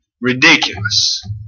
ridiculous